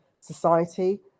society